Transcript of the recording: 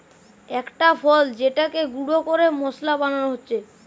একটা ফল যেটাকে গুঁড়ো করে মশলা বানানো হচ্ছে